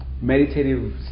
meditative